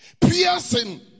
piercing